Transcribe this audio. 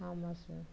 ஆமாம் சார்